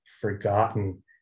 forgotten